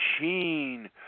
machine